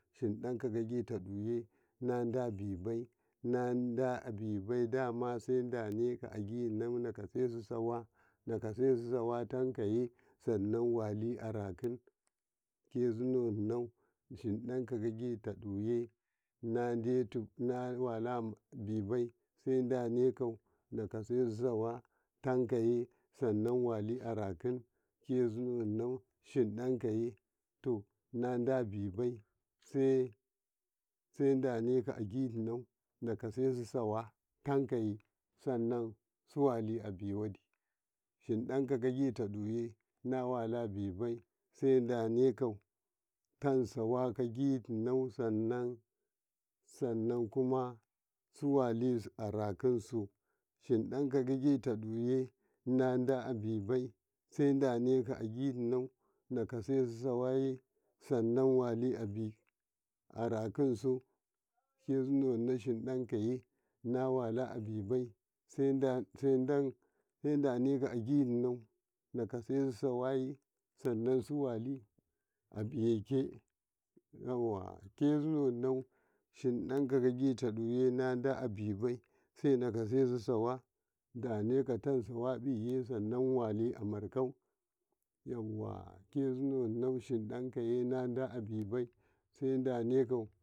﻿hiɗaka ka jitaye naɗabib nadibib da mese ɗaneka ajino nakasesu sawa nakasesu sawa ta kaye sanan wali arakin kezineo hiɗaka ka jitaye nadeto ajino nakasesu sawa takaye sanan wali'arakin kezineo hiɗa kaka jitaye nadeto ajino nakasesu sawa a takaye sanan walia biwadi hinɗakau kajitaye senawalabi dinɗau ƙaka jitaye nawalabi sedeneu ajiro tasu wa'ajina sanan kuma suwali arakisu hinɗa kau kajitaye nada abib sedane ko ajin no nakesesu sawa ne sanan wali'abiwa bi a rakisu kezinone hinɗakuye nawala bib sedane ko ajino nakasesu sawa a ye sanan su wali ayake yawa kezineno hin ɗaka ajitaye nada'abib senakasesu sawa daneko ta seko sanan wali amarako yawa kezineno hinɗakaye nawala abibsedone ko.